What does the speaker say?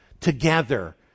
together